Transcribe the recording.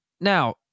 Now